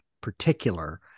particular